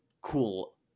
cool